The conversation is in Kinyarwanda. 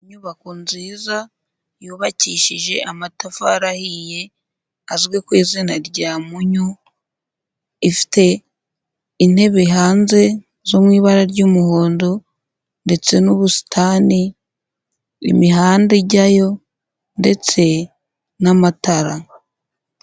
Inyubako nziza yubakishije amatafari ahiye, azwi ku izina rya mpunyu, ifite intebe hanze zo mu ibara ry'umuhondo ndetse n'ubusitani, imihanda ijyayo ndetse n'amatara.